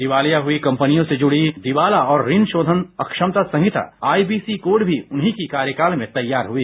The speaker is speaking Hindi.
दिवालिया हुई कम्पनियों से जुड़ी दिवाला और ऋण शोधन अक्षमता संहिता आईबीसी कोड भी उन्हीं के कार्यकाल में तैयार हुई